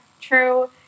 true